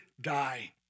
die